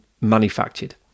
manufactured